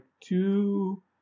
two